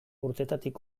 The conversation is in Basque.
urtetatik